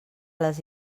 les